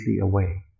away